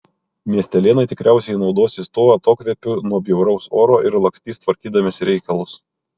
miestelėnai tikriausiai naudosis tuo atokvėpiu nuo bjauraus oro ir lakstys tvarkydamiesi reikalus